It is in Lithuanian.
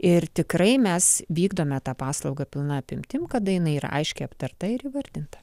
ir tikrai mes vykdome tą paslaugą pilna apimtim kada jinai yra aiškiai aptarta ir įvardinta